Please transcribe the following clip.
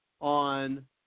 on